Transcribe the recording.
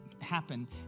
happen